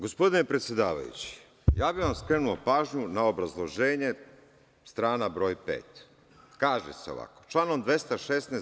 Gospodine predsedavajući, ja bih vam skrenuo pažnju na obrazloženje strana broj 5. kaže se ovako – članom 216.